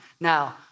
Now